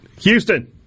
Houston